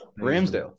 Ramsdale